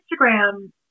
Instagram